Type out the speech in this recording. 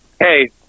Hey